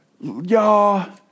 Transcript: Y'all